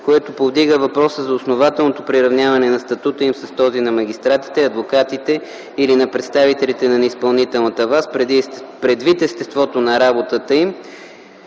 което повдига въпроса за основателното приравняване на статута им с този на магистратите, адвокатите или на представителите на изпълнителната власт, предвид естеството на работата им,